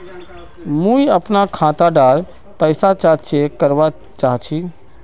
मुई अपना खाता डार पैसा ला चेक करवा चाहची?